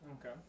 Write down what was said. Okay